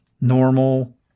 normal